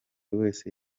wese